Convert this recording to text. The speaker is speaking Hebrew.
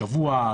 שבוע,